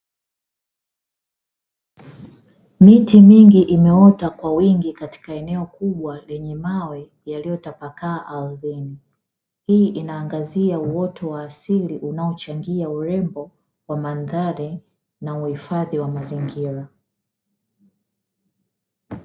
Miti mingi imeota kwa wingi, katika eneo kubwa lenye mawe yaliyotapakaa ardhini, hii inaangazia uoto wa asili unaochangia urembo wa mandhari na uhifadhi wa mazingira.